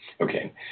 Okay